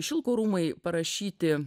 šilko rūmai parašyti